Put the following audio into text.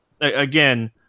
again